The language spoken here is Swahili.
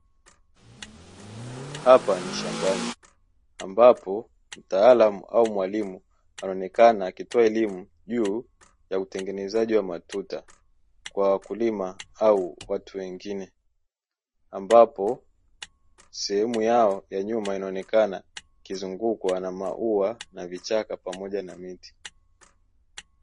Hapa ni shambani ambapo mtaalamu au mwalimu anaonekana akitoa elimu juu ya utengenezaji wa matuta kwa wakulima au watu wengine, ambapo sehemu yao ya nyuma ikionekana kizungukwa na maua na vichaka pamoja na miti.